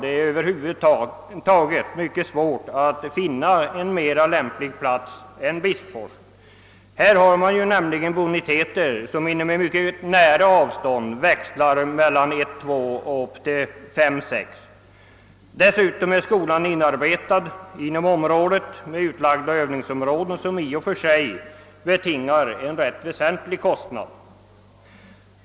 Det är över huvud taget mycket svårt att finna en lämpligare plats än Bispfors, där man på mycket nära avstånd har boniteter som växlar från mellan I och II upp till V och VI. Dessutom är skolan inarbetad i området och har utlagda övningsområden som i och för sig betingar ganska väsentliga värden.